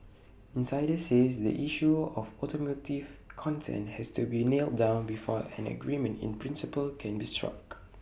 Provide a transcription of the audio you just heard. insiders say the issue of automotive content has to be nailed down before an agreement in principle can be struck